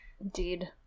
indeed